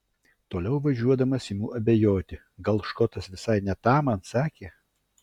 toliau važiuodamas imu abejoti gal škotas visai ne tą man sakė